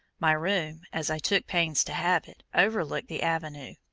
my room, as i took pains to have it, overlooked the avenue,